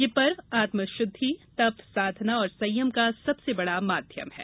यह पर्व आत्म शुद्धि तप साधना और संयम का सबसे बड़ा माध्यम है